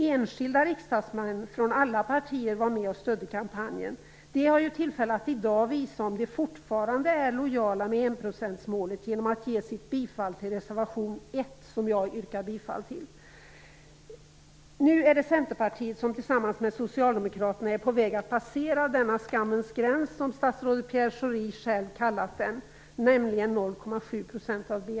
Enskilda riksdagsmän från alla partier var med och stödde kampanjen. De har ju tillfälle att i dag visa om de fortfarande är lojala med enprocentsmålet genom att ge sitt bifall till reservation 1, som jag yrkar bifall till. Nu är det Centerpartiet som tillsammans med Socialdemokraterna är på väg att passera denna "skammens gräns", som statsrådet Pierre Schori själv har kallat den, nämligen 0,7 % av BNI.